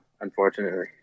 unfortunately